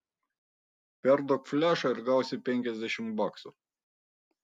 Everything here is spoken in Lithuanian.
perduok flešą ir gausi penkiasdešimt baksų